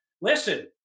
Listen